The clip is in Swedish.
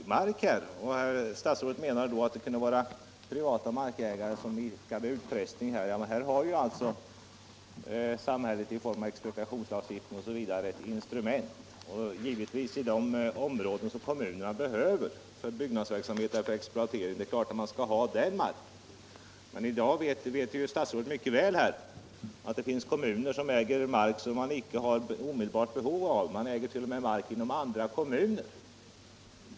Statsrådet 7 maj 1976 menade att det kunde finnas privata markägare som idkade utpressning, men här har ju samhället instrument i form av expropriationslagstiftning — Jordförvärvslagm.m. Givetvis skall kommunerna ha de områden som behövs för bygg = stiftningen nadsverksamhet. Men statsrådet vet mycket väl att det i dag finns kom muner som äger mark som det inte finns något omedelbart behov av, ja, t.o.m. mark i andra kommuner.